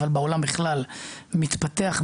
אבל בעולם בכלל מתפתח,